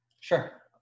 Sure